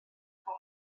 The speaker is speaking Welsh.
bod